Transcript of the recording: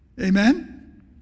Amen